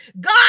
God